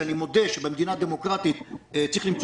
שאני מודה שבמדינה דמוקרטית צריך למצוא